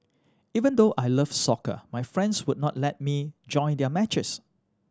even though I love soccer my friends would not let me join their matches